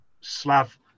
Slav